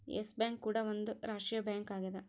S bank ಕೂಡ ಒಂದ್ ರಾಷ್ಟ್ರೀಯ ಬ್ಯಾಂಕ್ ಆಗ್ಯದ